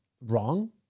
wrong